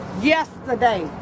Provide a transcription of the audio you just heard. yesterday